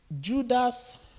Judas